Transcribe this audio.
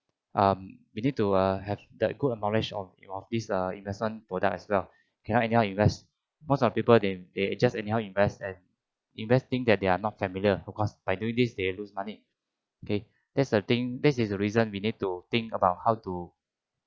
um you need to have uh the good knowledge of your this err investment product as well cannot anyhow invest most of people they just anyhow invest and invest thing that they are not familiar of course by doing this they lose money okay that's the thing this is the reason we need to think about how to